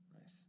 Nice